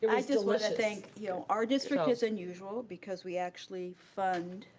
i just wanna thank, you know, our district is unusual because we actually fund,